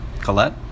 Colette